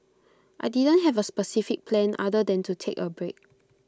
I didn't have A specific plan other than to take A break